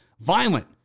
Violent